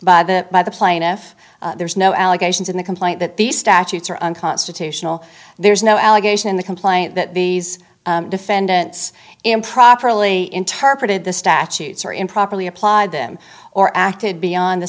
by the by the plaintiff there's no allegations in the complaint that these statutes are unconstitutional there's no allegation in the complaint that these defendants improperly interpreted the statutes or improperly applied them or acted beyond the